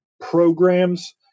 programs